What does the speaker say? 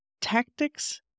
tactics